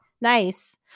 Nice